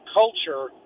culture